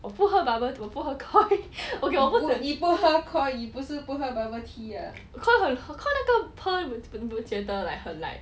我不喝 bubble 我不喝 Koi cause 那个 pearl 你不会觉得很 like